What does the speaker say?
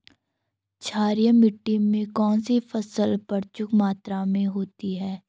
क्षारीय मिट्टी में कौन सी फसल प्रचुर मात्रा में होती है?